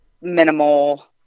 minimal